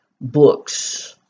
books